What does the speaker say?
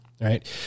Right